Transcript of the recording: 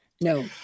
No